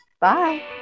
Bye